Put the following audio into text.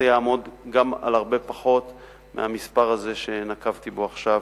זה יעמוד על הרבה פחות מהמספר הזה שנקבתי בו עכשיו.